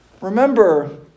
Remember